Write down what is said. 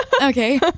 Okay